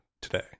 today